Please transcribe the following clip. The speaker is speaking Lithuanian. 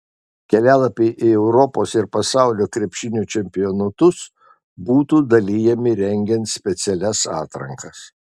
kelialapiai į europos ir pasaulio krepšinio čempionatus būtų dalijami rengiant specialias atrankas